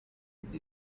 with